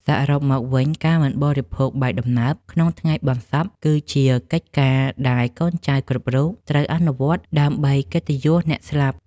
សរុបមកវិញ ការមិនបរិភោគបាយដំណើបក្នុងថ្ងៃបុណ្យសព គឺជាកិច្ចការដែលកូនចៅគ្រប់រូបត្រូវអនុវត្តដើម្បីកិត្តិយសអ្នកស្លាប់។